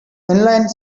inline